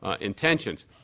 intentions